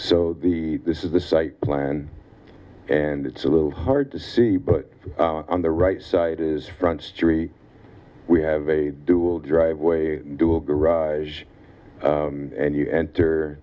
so the this is the site plan and it's a little hard to see but on the right side is front street we have a dual driveway dual garage and you enter